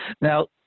Now